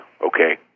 okay